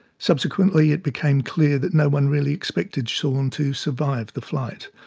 subsequently, it became clear that no one really expected shaun to survive the flight.